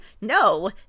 No